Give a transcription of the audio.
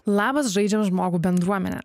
labas žaidžiam žmogų bendruomene